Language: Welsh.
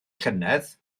llynedd